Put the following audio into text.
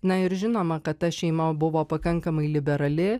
na ir žinoma kad ta šeima buvo pakankamai liberali